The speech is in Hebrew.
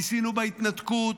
ניסינו בהתנתקות,